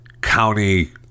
county